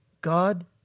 God